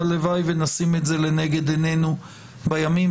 והלוואי ונשים את זה לנגד עינינו בימים,